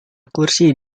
kursi